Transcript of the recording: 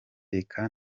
reka